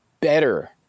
better